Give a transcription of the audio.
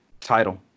title